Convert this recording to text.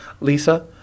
Lisa